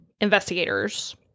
investigators